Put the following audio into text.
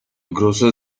grocer